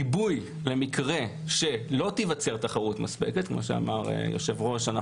ולמקרה שלא תיווצר תחרות מספקת היושב-ראש ציין